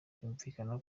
byumvikana